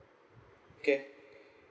okay